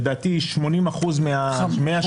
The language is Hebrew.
לדעתי 80% מ-176,000 זה חברות.